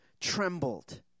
trembled